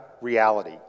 reality